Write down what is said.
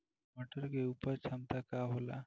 मटर के उपज क्षमता का होला?